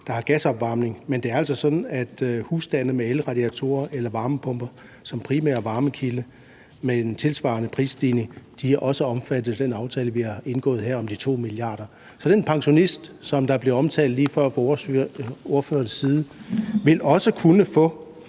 der har gasopvarmning, men det er altså sådan, at husstande med elradiatorer eller varmepumper som primær varmekilde med en tilsvarende prisstigning også er omfattet af den aftale, vi har indgået her om de 2 mia. kr. Så den pensionist, som blev omtalt lige før fra ordførerens side, vil også kunne få